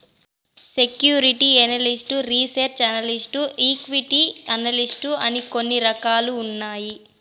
security analyst research analyst equity analyst అని కొన్ని రకాలు ఉన్నాయి